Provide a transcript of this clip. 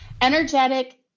energetic